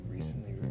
recently